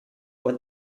what